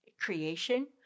creation